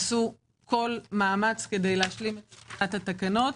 עשו כל מאמץ כדי להשלים את התקנת התקנות.